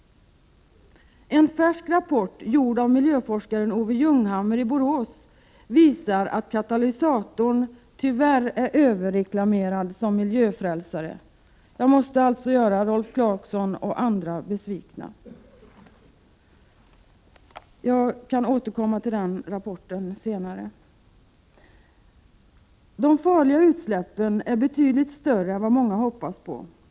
En färsk rapport gjord av miljöforskaren Owe Ljunghammer i Borås visar att katalysatorn tyvärr är överreklamerad som miljöfrälsare. Jag måste således göra Rolf Clarkson m.fl. besvikna. Jag skall återkomma till den rapporten senare. De farliga utsläppen är betydligt större än vad många har befarat.